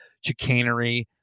chicanery